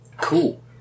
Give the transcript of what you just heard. Cool